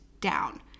down